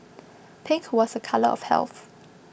pink was a colour of health